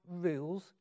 rules